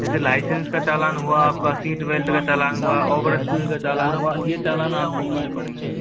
जैसे लाइसेंस का चालान हुआ आपका सीट बेल्ट का चालान हुआ ओवर स्पीड का चलान हुआ ये चालान आपको भरने पड़ेंगे